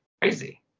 crazy